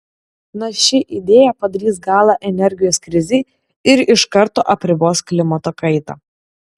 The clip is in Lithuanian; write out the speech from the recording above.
na ši idėja padarys galą energijos krizei ir iš karto apribos klimato kaitą